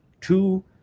two